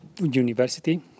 university